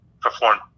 perform